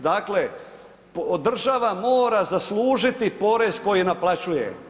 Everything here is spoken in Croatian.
Dakle, država mora zaslužiti porez koji naplaćuje.